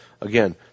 Again